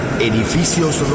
edificios